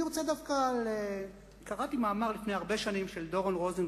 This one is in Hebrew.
לפני הרבה שנים קראתי מאמר של דורון רוזנבלום,